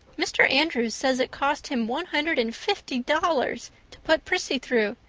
mr. andrews says it cost him one hundred and fifty dollars to put prissy through,